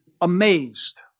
amazed